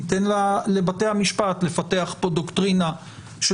תיתן לבתי המשפט לפתח פה דוקטרינה של